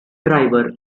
driver